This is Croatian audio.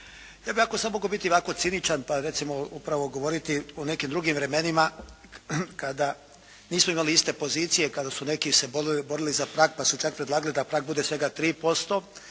Ja dakako sad mogu biti ovako ciničan pa recimo upravo govoriti o nekim drugim vremenima kada nismo imali iste pozicije, kada su neki se borili za prag pa su čak predlagali da prag bude svega 3%